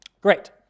Great